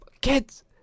Kids